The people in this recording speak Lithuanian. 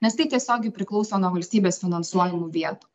nes tai tiesiogiai priklauso nuo valstybės finansuojamų vietų